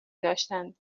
داشتند